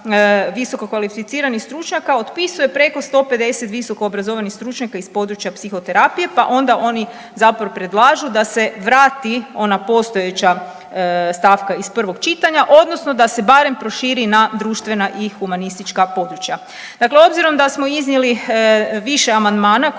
visokokvalificiranih stručnjaka otpisuje preko 150 visokoobrazovanih stručnjaka iz područja psihoterapije, pa onda oni zapravo predlažu da se vrati ona postojeća stavka iz prvog čitanja odnosno da se barem proširi na društvena i humanistička područja. Dakle, obzirom da smo iznijeli više amandmana